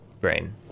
brain